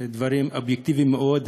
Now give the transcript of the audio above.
דברים אובייקטיביים מאוד,